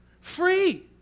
Free